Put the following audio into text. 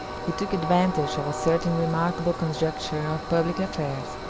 he took advantage of a certain remarkable conjuncture of public affairs,